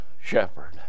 shepherd